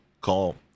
call